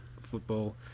football